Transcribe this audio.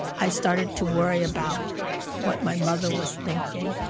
i started to worry about what my mother was thinking.